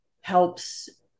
helps